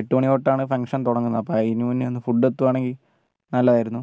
എട്ടുമണിത്തൊട്ടാണ് function തുടങ്ങുന്നത് അപ്പോൾ അതിനു മുന്നേയൊന്ന് ഫുഡ് എത്തുവാണെങ്കിൽ നല്ലതായിരുന്നു